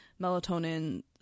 melatonin